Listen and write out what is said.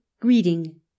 greeting